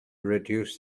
reduce